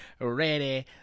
ready